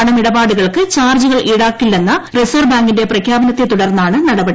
പണമിടപാടുകൾക്ക് ചാർജ്ജുകൾ ഈടാക്കില്ലെന്ന റിസർവ്വ് ബാങ്കിന്റെ പ്രഖ്യാപനത്തെ തുടർന്നാണ് നടപടി